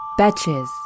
Betches